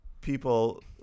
people